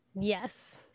Yes